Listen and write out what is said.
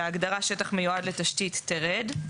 שההגדרה "שטח מיועד לתשתית" תרד.